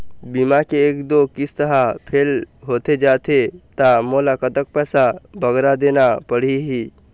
बीमा के एक दो किस्त हा फेल होथे जा थे ता मोला कतक पैसा बगरा देना पड़ही ही?